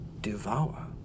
devour